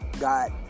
got